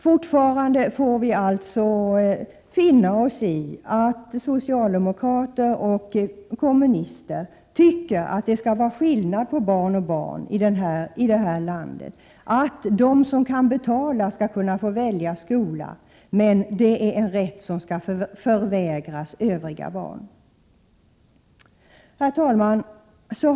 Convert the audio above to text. Fortfarande får vi alltså finna oss i att socialdemokrater och kommunister tycker att det skall vara skillnad på barn och barn i detta land, så att de som kan betala skall få välja skola men att den rätten skall förvägras övriga barn. Herr talman!